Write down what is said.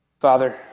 Father